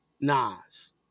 Nas